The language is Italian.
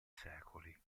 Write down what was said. secoli